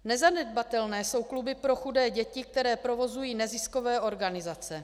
Nezanedbatelné jsou kluby pro chudé děti, které provozují neziskové organizace.